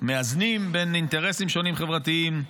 מאזנים בין אינטרסים חברתיים שונים.